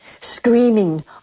screaming